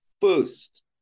First